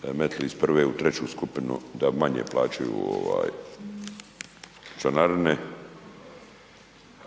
banke metli iz prve u treću skupinu da manje plaćaju ovaj članarine,